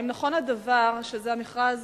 האם נכון הדבר שזה המכרז